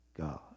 God